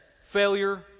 failure